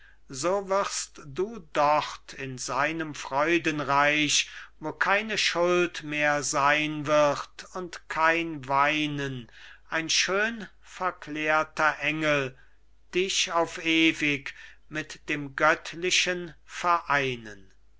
so wirst du dort in seinem freudenreich wo keine schuld mehr sein wird und kein weinen ein schön verklärter engel dich auf ewig mit dem göttlichen vereinen